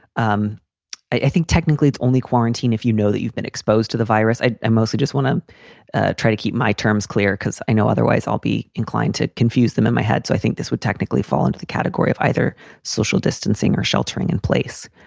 um i think technically it's only quarantine if you know that you've been exposed to the virus. i i mostly just want to ah try to keep my terms clear because i know otherwise i'll be inclined to confuse them in my head. so i think this would technically fall into the category of either social distancing or sheltering in place.